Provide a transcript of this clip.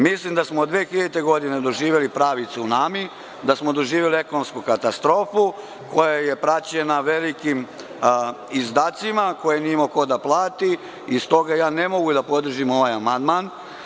Mislim da smo 2000. godine doživeli pravi cunami, da smo doživeli ekonomsku katastrofu koja je praćena velikim izdacima koje nije imao ko da plati i stoga ne mogu da podržim ovaj amandman.